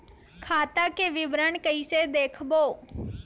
खाता के विवरण कइसे देखबो?